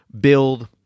build